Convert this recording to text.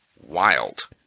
Wild